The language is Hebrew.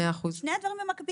שני הדברים במקביל.